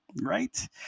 right